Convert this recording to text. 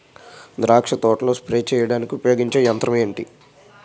ద్రాక్ష తోటలో స్ప్రే చేయడానికి ఉపయోగించే యంత్రం ఎంటి?